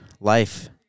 life